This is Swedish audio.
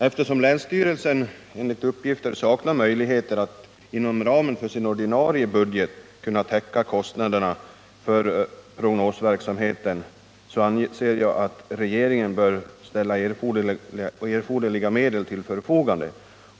Eftersom länsstyrelsen enligt uppgifter saknar möjligheter att inom ramen för sin ordinarie budget täcka kostnaderna för prognosverksamheten, anser jag att regeringen bör ställa erforderliga medel till förfogande.